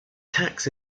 tax